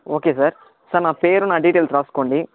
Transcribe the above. okay sir sir నా పేరు నా డీటైల్స్ రాస్కోండి